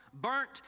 burnt